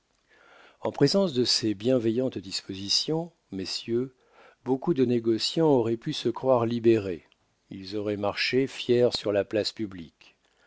en présence de ces bienveillantes dispositions messieurs beaucoup de négociants auraient pu se croire libérés ils auraient marché fiers sur la place publique